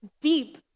deep